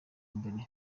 mbere